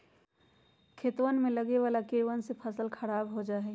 खेतवन में लगवे वाला कीड़वन से फसल खराब हो जाहई